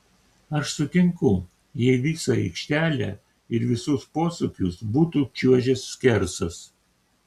aš sutinku jei visą aikštelę ir visus posūkius būtų čiuožęs skersas